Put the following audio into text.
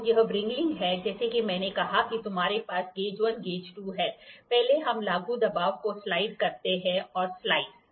तो यह व्रिंगिंग है जैसा कि मैंने कहा कि तुमारे पास गेज 1 गेज 2 है पहले हम लागू दबाव को स्लाइड करते हैं और स्लाइड्स